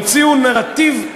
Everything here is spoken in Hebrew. המציאו נרטיב,